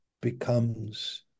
becomes